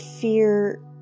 fear